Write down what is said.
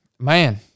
man